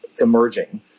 emerging